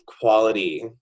quality